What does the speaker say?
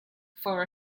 for